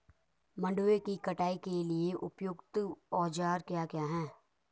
मंडवे की कटाई के लिए उपयुक्त औज़ार क्या क्या हैं?